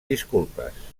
disculpes